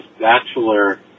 bachelor